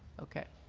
okay.